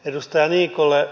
edustaja niikolle